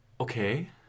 Okay